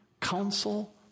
counsel